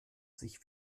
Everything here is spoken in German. sich